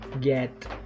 get